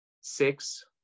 six